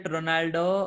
Ronaldo